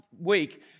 week